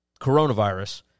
coronavirus